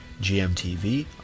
GMTV